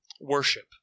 worship